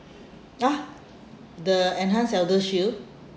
!huh! the enhanced ElderShield oh